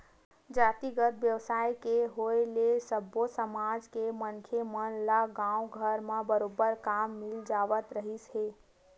जातिगत बेवसाय के होय ले सब्बो समाज के मनखे मन ल गाँवे घर म बरोबर काम मिल जावत रिहिस हे